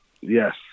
Yes